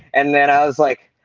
and then i was like